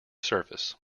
surface